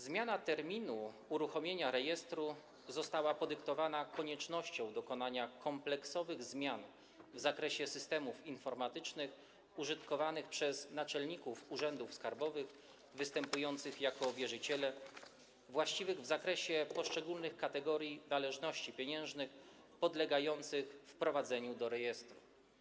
Zmiana terminu uruchomienia rejestru została podyktowana koniecznością dokonania kompleksowych zmian w zakresie systemów informatycznych użytkowanych przez naczelników urzędów skarbowych występujących jako wierzyciele, właściwych w zakresie poszczególnych kategorii należności pieniężnych podlegających wprowadzeniu do rejestru.